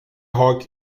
rock